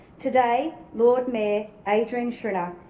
today, lord mayor, adrian schrinner,